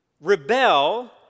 rebel